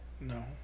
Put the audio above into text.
No